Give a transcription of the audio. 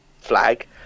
flag